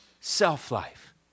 self-life